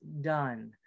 done